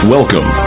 Welcome